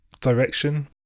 direction